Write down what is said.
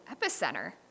epicenter